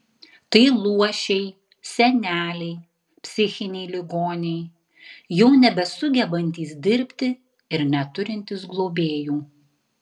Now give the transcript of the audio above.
tai luošiai seneliai psichiniai ligoniai jau nebesugebantys dirbti ir neturintys globėjų